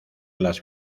las